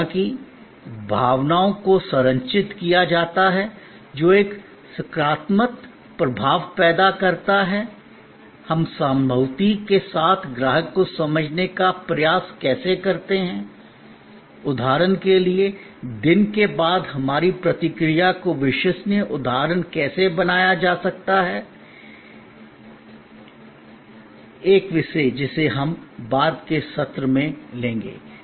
हालांकि भावनाओं को संरचित किया जाता है जो एक सकारात्मक प्रभाव पैदा करता है हम सहानुभूति के साथ ग्राहक को समझने का प्रयास कैसे करते हैं उदाहरण के लिए दिन के बाद हमारी प्रतिक्रिया को विश्वसनीय उदाहरण कैसे बनाया जा सकता है एक विषय जिसे हम बाद के सत्रों में लेंगे